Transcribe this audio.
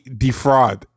defraud